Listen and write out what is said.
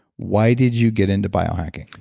why did you get into biohacking?